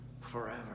forever